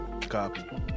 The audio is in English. Copy